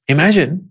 Imagine